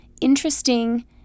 interesting